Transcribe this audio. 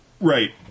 Right